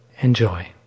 Enjoy